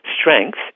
strength